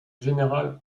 général